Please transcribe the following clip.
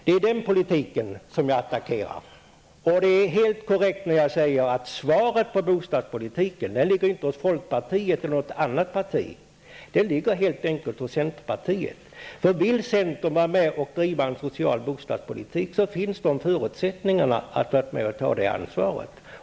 Det är den politiken som jag attackerar. Det är helt korrekt när jag säger att svaret på bostadspolitiken inte ligger hos folkpartiet eller något annat parti, det ligger helt enkelt hos centern. Vill centern vara med och driva en social bostadspolitik finns förutsättningarna att vara med och ta det ansvaret.